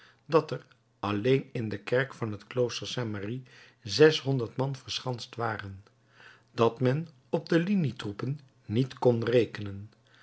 dat er alleen in de kerk van het klooster saint merry zeshonderd man verschanst waren dat men op de linietroepen niet kon rekenen